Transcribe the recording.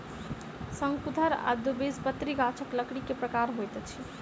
शंकुधर आ द्विबीजपत्री गाछक लकड़ी के प्रकार होइत अछि